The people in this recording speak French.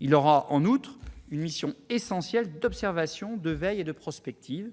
Il aura, en outre, une mission essentielle d'observation, de veille et de prospective.